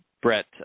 Brett